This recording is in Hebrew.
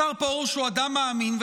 השר פרוש הוא אדם מאמין,